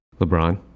LeBron